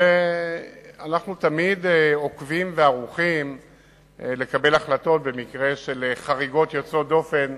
ואנחנו תמיד עוקבים וערוכים לקבל החלטות במקרה של חריגות יוצאות דופן,